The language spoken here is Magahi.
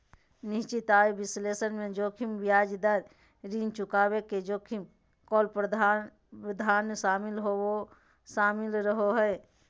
निश्चित आय विश्लेषण मे जोखिम ब्याज दर, ऋण चुकाबे के जोखिम, कॉल प्रावधान शामिल रहो हय